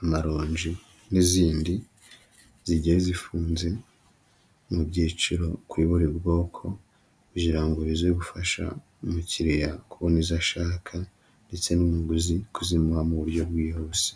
amaronji n'izindi zigiye zifunze mu byiciro kuri buri bwoko, kugira ngo bize gufasha umukiriya kubona izo ashaka ndetse n'umuguzi kuzimuha mu buryo bwihuse.